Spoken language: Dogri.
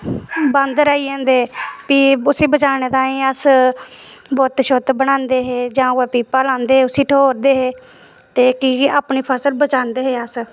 बांदर आई जन्दे फ्ही उसी बचाने ताईं अस बुत्त शुत्त बनांदे हे जां कुतै पीपा लांदे हे उसी ठोह्रदे हे ते की किअपनी फसल बचांदे हे अस